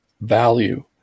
value